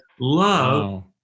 love